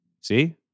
See